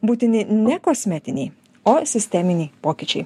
būtini ne kosmetiniai o sisteminiai pokyčiai